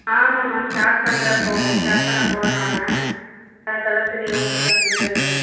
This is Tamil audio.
ஆமாம் மேம் ஸ்டார்ட் பண்ணுறப்போ ஸ்டார்ட் பண்ணப் போகிறேன் நான் அதுக்காக தான் சரி உங்கக்கிட்டே வந்து